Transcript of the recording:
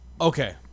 Okay